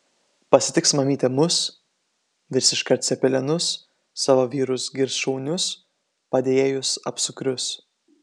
pasitiks mamytė mus virs iškart cepelinus savo vyrus girs šaunius padėjėjus apsukrius